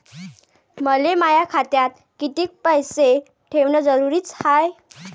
मले माया खात्यात कितीक पैसे ठेवण जरुरीच हाय?